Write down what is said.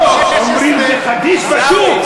לא, אומרים: זה חדיש בשוק.